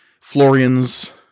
Florian's